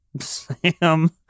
Sam